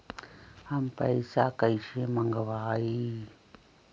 हम पैसा कईसे मंगवाई?